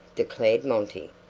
declared monty.